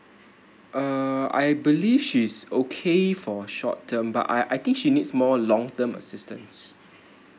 uh I believe she's okay for short term but I I think she needs more long term assistance